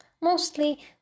mostly